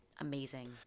amazing